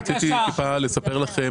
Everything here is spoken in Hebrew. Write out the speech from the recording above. רציתי לספר לכם